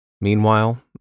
Meanwhile